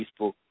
Facebook